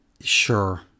Sure